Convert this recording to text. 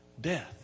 Death